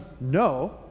No